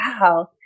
Wow